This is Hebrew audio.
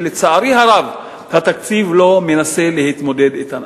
שלצערי הרב התקציב לא מנסה להתמודד אתן.